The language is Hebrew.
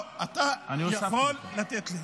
לא, אתה יכול לתת לי.